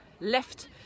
left